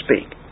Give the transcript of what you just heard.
speak